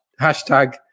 hashtag